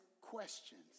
questions